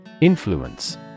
Influence